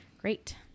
great